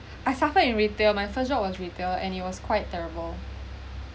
I suffered in retail my first job was retail and it was quite terrible